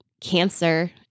cancer